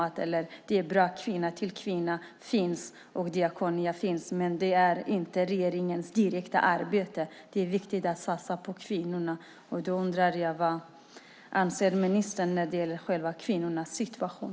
Det är bra att Kvinna till Kvinna och Diakonia finns, men de ingår inte i regeringens direkta arbete. Vad anser ministern om de palestinska kvinnornas situation?